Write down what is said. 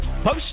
Post